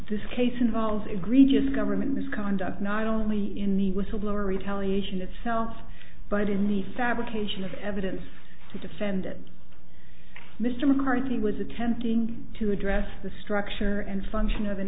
this case involves egregious government misconduct not only in the whistleblower retaliation itself but in the fabrication of evidence to defend mr mccarthy was attempting to address the structure and function of an